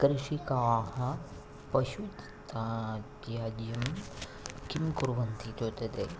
कृषिकाः पशुत्स् ते इत्यादियं किं कुर्वन्ति इतः तथा